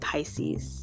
Pisces